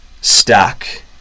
stack